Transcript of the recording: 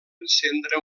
encendre